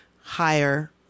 higher